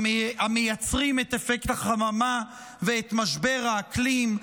המייצרים את אפקט החממה ואת משבר האקלים,